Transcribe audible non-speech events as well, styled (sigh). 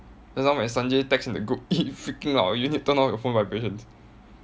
just now when sanjay text in the group (laughs) freaking loud you need turn off your phone vibration